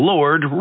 Lord